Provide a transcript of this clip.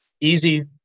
easy